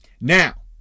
Now